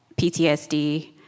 PTSD